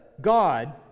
God